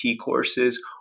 courses